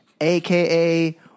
aka